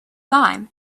thyme